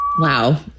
Wow